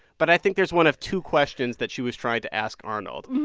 but i think there's one of two questions that she was trying to ask arnold.